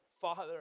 father